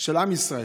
של עם ישראל.